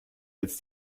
als